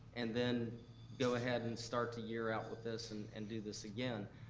and then go ahead and start to year out with this and and do this again,